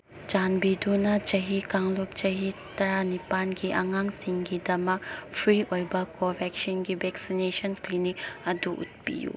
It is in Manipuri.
ꯆꯥꯟꯕꯤꯗꯨꯅ ꯆꯍꯤ ꯀꯥꯡꯂꯨꯞ ꯆꯍꯤ ꯇꯔꯥ ꯅꯤꯄꯥꯟꯒꯤ ꯑꯉꯥꯡꯁꯤꯡꯒꯤꯗꯃꯛ ꯐ꯭ꯔꯤ ꯑꯣꯏꯕ ꯀꯣꯚꯦꯛꯁꯤꯟꯒꯤ ꯚꯦꯛꯁꯤꯅꯦꯁꯟ ꯀ꯭ꯂꯤꯅꯤꯛ ꯑꯗꯨ ꯎꯠꯄꯤꯌꯨ